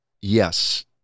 yes